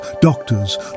doctors